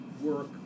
work